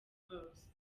house